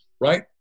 right